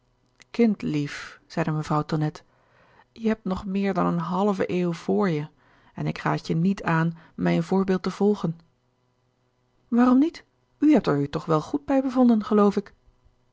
kindlief zeide mevrouw tonnette je hebt nog meer dan eene halve eeuw vr je en ik raad je niet aan mijn voorbeeld te volgen waarom niet u hebt er u toch wel goed bij bevonden geloof ik